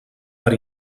per